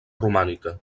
romànica